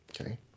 Okay